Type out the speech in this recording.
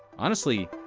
honestly,